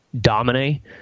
Domine